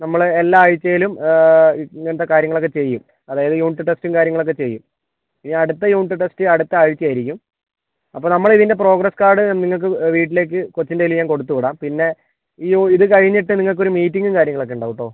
നമ്മൾ എല്ലാ ആഴ്ച്ചയിലും ഇങ്ങനത്തെ കാര്യങ്ങളക്കെ ചെയ്യും അതായത് യൂണിറ്റ് ടെസ്റ്റും കാര്യങ്ങളക്കെ ചെയ്യും ഇനി അടുത്ത യൂണിറ്റ് ടെസ്റ്റ് അടുത്ത ആഴ്ചയായിരിക്കും അപ്പം നമ്മളിതിൻ്റെ പ്രോഗ്രസ്സ് കാർഡ് നിങ്ങൾക്ക് വീട്ടിലേക്ക് കൊച്ചിൻ്റെ കയ്യിൽ ഞാൻ കൊടുത്ത് വിടാം പിന്നെ ഈ യൂ ഇത് കഴിഞ്ഞിട്ട് നിങ്ങൾക്ക് ഒരു മീറ്റിങ്ങും കാര്യങ്ങളൊക്കെ ഉണ്ടാവൂട്ടോ